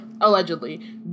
allegedly